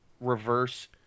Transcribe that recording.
Reverse